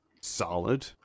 solid